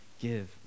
give